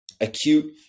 acute